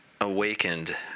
awakened